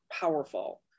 powerful